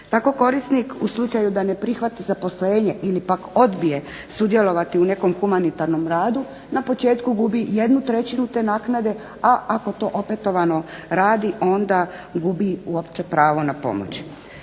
Tako korisnik u slučaju da ne prihvati zaposlenje ili pak odbije sudjelovati u nekom humanitarnom radu, na početku gubi 1/3 te naknade, a ako to opetovano radi onda gubi uopće pravo na pomoć.